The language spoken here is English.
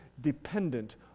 dependent